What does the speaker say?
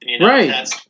Right